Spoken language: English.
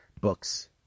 books